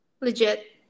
Legit